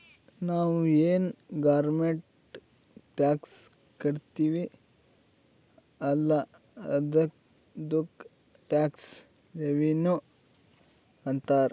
ನಾವು ಏನ್ ಗೌರ್ಮೆಂಟ್ಗ್ ಟ್ಯಾಕ್ಸ್ ಕಟ್ತಿವ್ ಅಲ್ಲ ಅದ್ದುಕ್ ಟ್ಯಾಕ್ಸ್ ರೆವಿನ್ಯೂ ಅಂತಾರ್